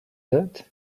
that